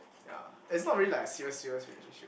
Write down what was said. ya it's not really like serious serious relationship